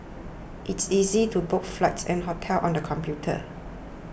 it is easy to book flights and hotels on the computer